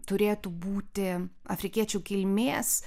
turėtų būti afrikiečių kilmės